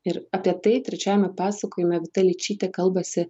ir apie tai trečiajame pasakojime vita ličytė kalbasi